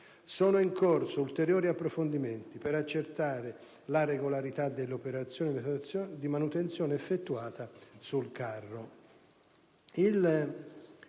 Sono in corso ulteriori approfondimenti per accertare la regolarità delle operazioni di manutenzione effettuate sul carro.